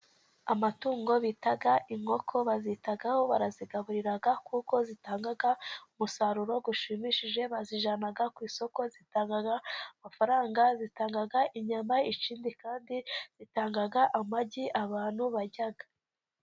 Amatungo bita inkoko ,bazitaho , barazigaburira kuko zitanga umusaruro ushimishije. Bazijana ku isoko zitanga amafaranga, zitanga inyama ikindi kandi zitanga amagi abantu barya.